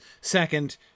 second